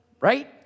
Right